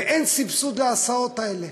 ואין סבסוד להסעות האלה.